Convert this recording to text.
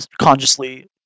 consciously